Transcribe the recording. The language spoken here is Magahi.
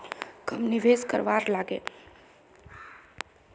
कब निवेश करवार लागे?